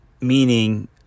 meaning